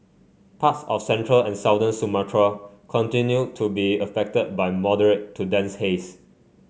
parts of central and southern Sumatra continue to be affected by moderate to dense haze